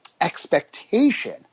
expectation